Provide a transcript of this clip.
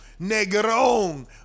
Negron